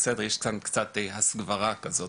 יש קצת "הסגברה" (הסברה + גבר) כזאת.